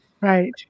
right